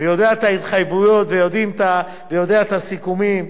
ויודע את ההתחייבות ויודע את הסיכומים,